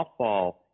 softball